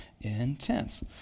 intense